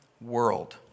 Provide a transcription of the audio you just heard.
world